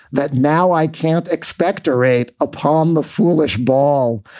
that now i can't expectorate upon the foolish ball.